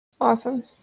Awesome